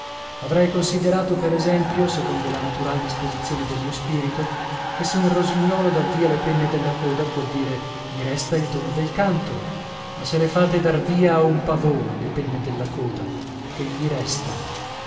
avrei considerato per esempio secondo la natural disposizione del mio spirito che se un rosignolo dà via le penne della coda può dire mi resta il dono del canto ma se le fate dar via a un pavone le penne della coda che gli resta